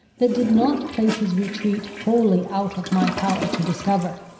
that did not place his retreat wholly out of my power to discover.